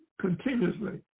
continuously